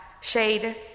shade